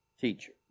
teacher